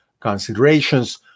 considerations